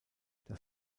das